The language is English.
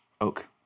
Oak